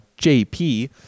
JP